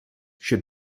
should